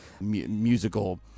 musical